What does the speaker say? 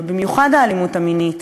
ובמיוחד האלימות המינית,